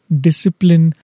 discipline